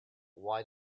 why